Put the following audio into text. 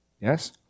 Yes